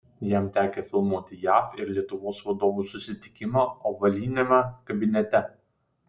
jam tekę filmuoti jav ir lietuvos vadovų susitikimą ovaliniame kabinete